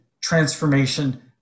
transformation